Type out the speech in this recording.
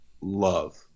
love